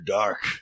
dark